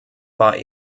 war